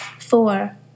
Four